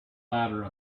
ladder